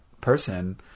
person